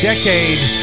Decade